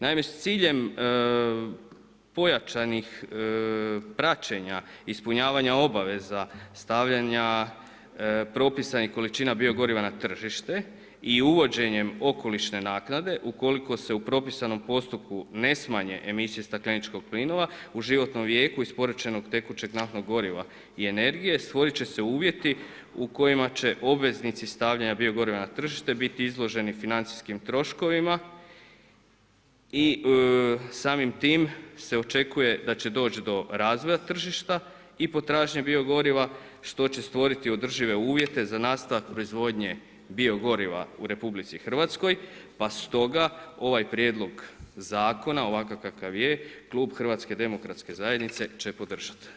Naime, s ciljem pojačanih praćenja, ispunjavanja obaveza, stavljanja propisanih količina bio goriva na tržište i uvođenje okolišne naknade, ukoliko se u propisanom postupku ne smanjenje emisije stakleničkih plinova, u životnom vijeku, isporučeno tekućeg naftnog goriva i energije stvoriti će se uvjeti u kojima će obveznici stavljanja bio goriva na tržište, biti izloženi financijskim troškovima i samim time se očekuje da će doći do razvoja tržišta i potražnje bio goriva, što će stvoriti održive uvijete za nastavak proizvodnje bio goriva u RH, pa stoga, ovaj prijedlog zakona, ovakav kakav je Klub HDZ-a će podržati.